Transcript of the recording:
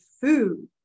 food